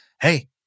Hey